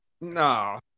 No